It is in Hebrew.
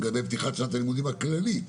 לגבי פתיחת שנת הלימודים הכללית.